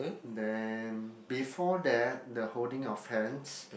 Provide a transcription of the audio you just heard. then before that the holding of hands